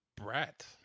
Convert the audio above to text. brat